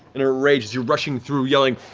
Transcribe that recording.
in a rage, as you're rushing through, yelling.